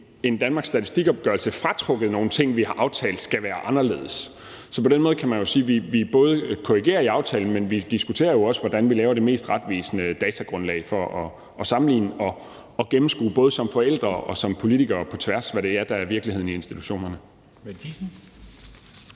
en Danmarks Statistik-opgørelse fratrukket nogle ting, som vi har aftalt skulle være anderledes. Så på den måde kan man sige, at vi både korrigerer i aftalen, men at vi også diskuterer, hvordan vi laver det mest retvisende datagrundlag for at kunne sammenligne det på tværs og gennemskue, både som forældre og som politikere, hvad det er, der er virkeligheden i institutionerne.